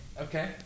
Okay